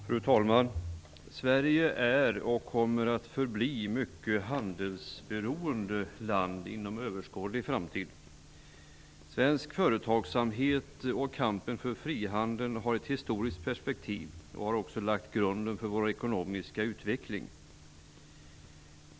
Fru talman! Sverige är och kommer att förbli ett mycket handelsberoende land inom överskådlig framtid. Svensk företagsamhet och kampen för frihandel har ett historiskt perspektiv och har också lagt grunden för vår ekonomiska utveckling.